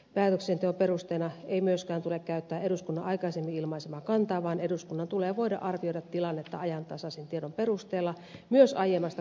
päätöksenteon perusteena ei myöskään tule käyttää eduskunnan aikaisemmin ilmaisemaa kantaa vaan eduskunnan tulee voida arvioida tilannetta ajantasaisen tiedon perusteella myös aiemmasta kannastaan poiketen